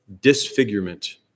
disfigurement